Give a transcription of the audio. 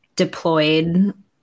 deployed